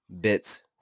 bits